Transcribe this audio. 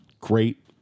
great